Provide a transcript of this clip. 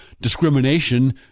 discrimination